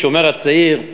"השומר הצעיר".